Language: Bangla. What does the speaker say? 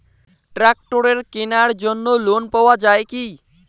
ট্রাক্টরের কেনার জন্য লোন পাওয়া যায় কি?